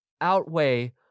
outweigh